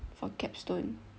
for capstone